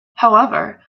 however